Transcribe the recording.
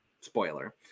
Spoiler